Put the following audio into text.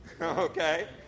okay